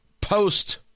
post